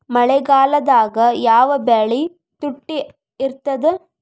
ಮಳೆಗಾಲದಾಗ ಯಾವ ಬೆಳಿ ತುಟ್ಟಿ ಇರ್ತದ?